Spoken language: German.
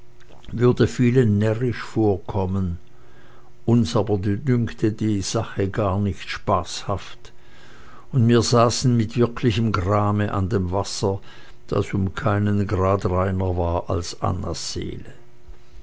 würden vielen närrisch vorkommen uns aber dünkte die sache gar nicht spaßhaft und wir saßen mit wirklichem grame an dem wasser das um keinen grad reiner war als annas seele